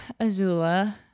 Azula